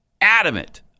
adamant